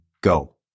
go